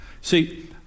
See